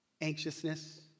anxiousness